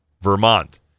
Vermont